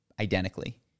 identically